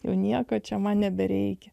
jau nieko čia man nebereikia